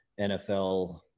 NFL